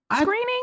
screening